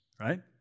right